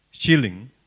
shilling